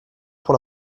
pour